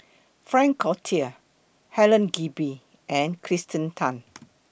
Frank Cloutier Helen Gilbey and Kirsten Tan